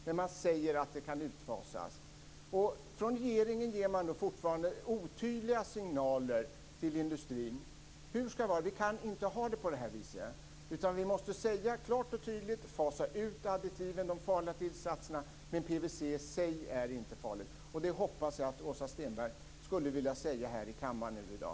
Men man säger att det kan utfasas. Regeringen ger fortfarande otydliga signaler till industrin. Vi kan inte ha det på det här viset, utan vi måste säga klart och tydligt: Fasa ut additiven och de farliga tillsatserna, men PVC i sig är inte farligt. Jag hoppas att Åsa Stenberg skulle vilja säga det här i kammaren i dag.